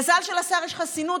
מזל שלשר יש חסינות,